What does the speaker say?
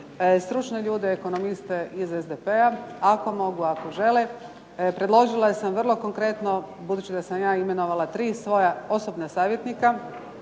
stručne ljude, ekonomiste iz SDP-a ako mogu, ako žele. Predložila sam vrlo konkretno, budući da sam ja imenovala tri svoja osobna savjetnika